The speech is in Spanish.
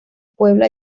puebla